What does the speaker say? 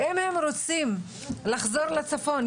ואם הם רוצים לחזור לצפון,